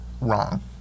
wrong